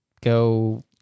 go